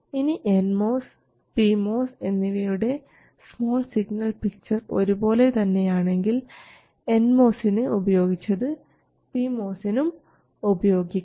ഇനി N MOS P MOS എന്നിവയുടെ small signal picture ഒരു പോലെ തന്നെയാണെങ്കിൽ എൻ മോസിന് ഉപയോഗിച്ചത് പി മോസിനും ഉപയോഗിക്കാം